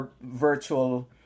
virtual